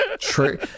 True